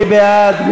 מי בעד?